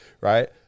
right